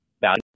value